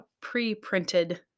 pre-printed